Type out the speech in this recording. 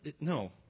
no